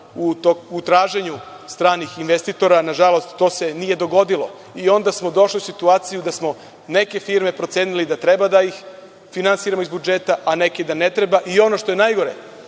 u traženju stranih investitora. Nažalost, to se nije dogodilo i onda smo došli u situaciju da smo neke firme procenili da treba da ih finansiramo iz budžeta, a neke da ne treba i ono što je najgore